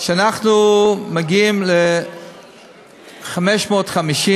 שאנחנו מגיעים ל-550: